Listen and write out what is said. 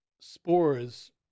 Spores